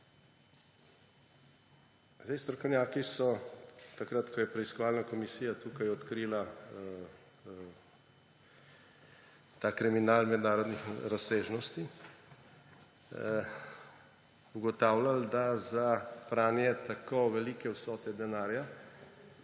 reči. Strokovnjaki so takrat, ko je preiskovalna komisija tukaj odkrila ta kriminal mednarodnih razsežnosti, ugotavljali, da za pranje tako velike vsote denarja